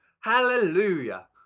Hallelujah